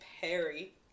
Perry